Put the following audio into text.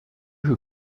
who